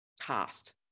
cast